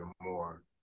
more